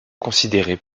considérés